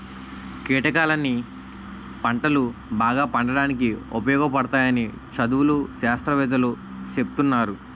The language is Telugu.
కీటకాలన్నీ పంటలు బాగా పండడానికి ఉపయోగపడతాయని చదువులు, శాస్త్రవేత్తలూ సెప్తున్నారు